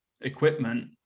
equipment